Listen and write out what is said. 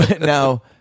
Now